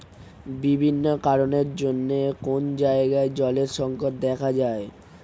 বিভিন্ন কারণের জন্যে কোন জায়গায় জলের সংকট দেখা যায়